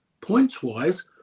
points-wise